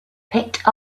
picked